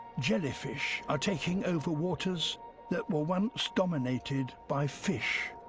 jellyfish are taking over waters that were once dominated by fish.